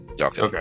okay